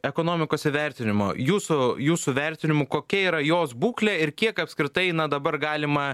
ekonomikos įvertinimo jūsų jūsų vertinimu kokia yra jos būklė ir kiek apskritai na dabar galima